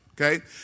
Okay